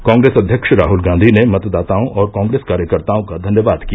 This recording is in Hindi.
कांग्रेस अध्यक्ष राहल गांधी ने मतदाताओं और कांग्रेस कार्यकर्ताओं का धन्यवाद किया